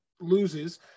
loses